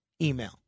email